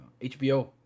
HBO